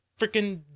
freaking